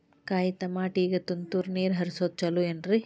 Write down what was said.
ಕಾಯಿತಮಾಟಿಗ ತುಂತುರ್ ನೇರ್ ಹರಿಸೋದು ಛಲೋ ಏನ್ರಿ?